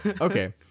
Okay